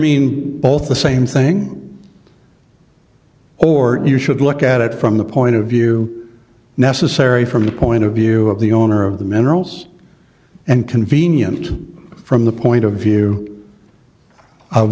mean both the same thing or you should look at it from the point of view necessary from the point of view of the owner of the minerals and convenient from the point of view of